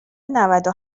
نودو